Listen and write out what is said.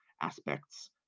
Aspects